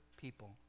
people